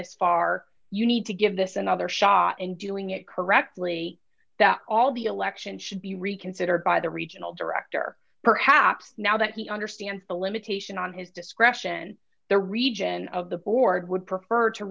this far you need to give this another shot and doing it correctly that all the election should be reconsidered by the regional director perhaps now that he understands the limitation on his discretion the region of the board would prefer to